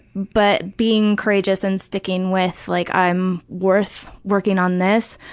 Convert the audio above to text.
but, being courageous and sticking with like i'm worth working on this.